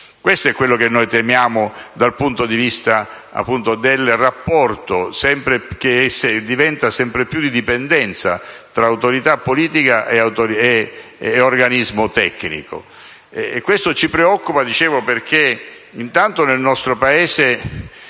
Questo è quello che noi temiamo dal punto di vista del rapporto, che diventa sempre più di dipendenza, tra autorità politica e organismo tecnico. Questo ci preoccupa, perché nel nostro Paese